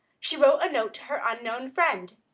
she wrote a note to her unknown friend.